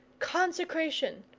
consecration,